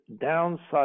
downside